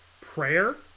prayer